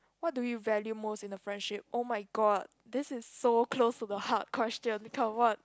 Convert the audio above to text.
what do you value most in the friendship oh-my-god this is so close to the heart question become what